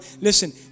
Listen